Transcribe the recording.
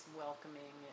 Welcoming